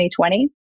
2020